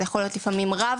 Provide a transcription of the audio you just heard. זה יכול להיות לפעמים רב,